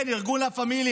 כן, ארגון לה פמליה.